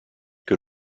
que